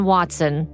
Watson